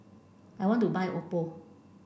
I want to buy Oppo